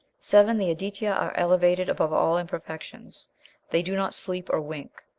seven. the aditya are elevated above all imperfections they do not sleep or wink.